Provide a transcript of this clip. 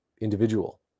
individual